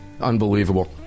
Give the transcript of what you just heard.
Unbelievable